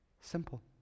simple